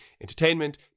entertainment